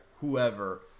whoever